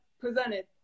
presented